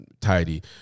tidy